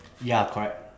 ya correct